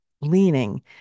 leaning